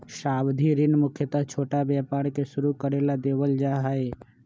सावधि ऋण मुख्यत छोटा व्यापार के शुरू करे ला देवल जा हई